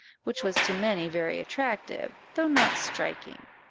which was to many very attractive, though not striking.